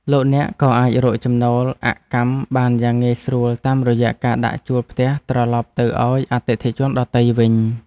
លោកអ្នកក៏អាចរកចំណូលអកម្មបានយ៉ាងងាយស្រួលតាមរយៈការដាក់ជួលផ្ទះត្រឡប់ទៅឱ្យអតិថិជនដទៃវិញ។